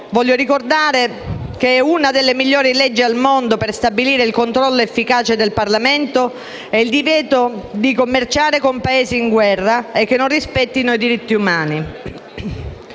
di armamenti (una delle migliori leggi al mondo), che stabilisce un controllo efficace del Parlamento e il divieto di commerciare con Paesi in guerra e che non rispettano i diritti umani.